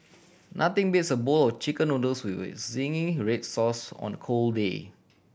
nothing beats a bowl of Chicken Noodles with zingy red sauce on a cold day